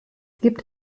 gibt